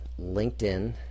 LinkedIn